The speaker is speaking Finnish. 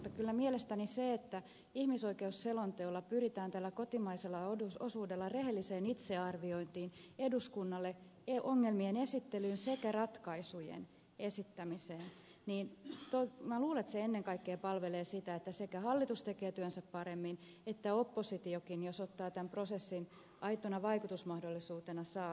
mutta kyllä mielestäni se että ihmisoikeusselonteolla pyritään tällä kotimaisella osuudella rehelliseen itsearviointiin ongelmien esittelyyn sekä ratkaisujen esittämiseen eduskunnalle ennen kaikkea palvelee sitä että sekä hallitus että oppositio tekevät työnsä paremmin jos ottaa tämän prosessin aitona vaikutusmahdollisuutena saa asiansa kuuluviin